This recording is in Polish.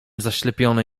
zaślepiony